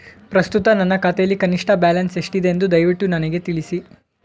ಪ್ರಸ್ತುತ ನನ್ನ ಖಾತೆಯಲ್ಲಿ ಕನಿಷ್ಠ ಬ್ಯಾಲೆನ್ಸ್ ಎಷ್ಟಿದೆ ಎಂದು ದಯವಿಟ್ಟು ನನಗೆ ತಿಳಿಸಿ